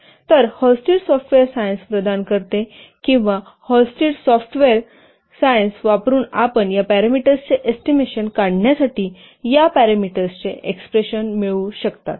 तर Halstead software science प्रदान करते किंवा हॉलस्टिड सॉफ्टवेयर सायन्स वापरुन आपण या पॅरामीटर्सचे एस्टिमेशन काढण्यासाठी या पॅरामीटर्सचे एक्सप्रेशन मिळवू शकता